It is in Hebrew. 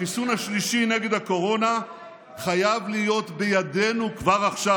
החיסון השלישי נגד הקורונה חייב להיות בידינו כבר עכשיו.